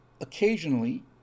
occasionally